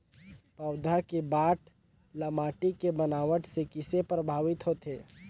पौधा के बाढ़ ल माटी के बनावट से किसे प्रभावित होथे?